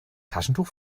taschentuch